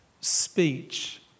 speech